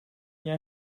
jij